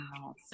Wow